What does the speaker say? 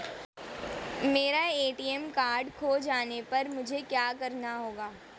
मेरा ATM card खो जाने पर मुझे क्या करना होगा?